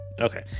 Okay